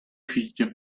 figlio